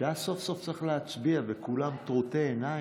כשהיה סוף-סוף צריך להצביע, וכולם טרוטי עיניים,